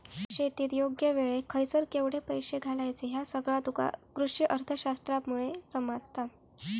शेतीत योग्य वेळेक खयसर केवढे पैशे घालायचे ह्या सगळा तुका कृषीअर्थशास्त्रामुळे समजता